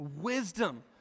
wisdom